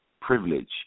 privilege